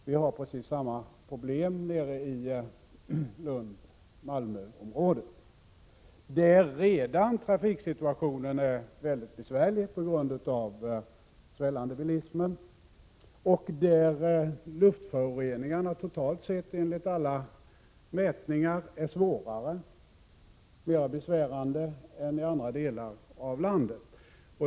Vi har precis samma problem i området kring Lund och Malmö. Trafiksituationen är där redan mycket besvärlig på grund av den svällande bilismen. Enligt alla mätningar är luftföroreningarna totalt sett svårare och mera besvärande än i andra delar av landet.